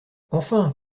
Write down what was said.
enfin